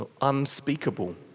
unspeakable